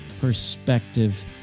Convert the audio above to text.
perspective